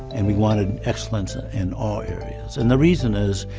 and we wanted excellence ah in all areas. and the reason is,